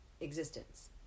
existence